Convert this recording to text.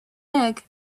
egg